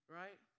right